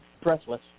breathless